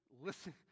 listen